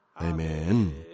Amen